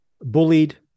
bullied